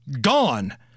gone